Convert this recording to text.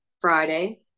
Friday